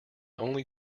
only